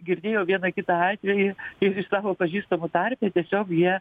girdėjau vieną kitą atvejį ir iš savo pažįstamų tarpe tiesiog jie